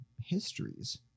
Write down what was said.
histories